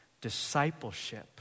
discipleship